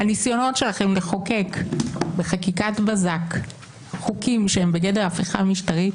הניסיונות שלכם לחוקק בחקיקת בזק חוקים שהם בגדר הפיכה משטרית,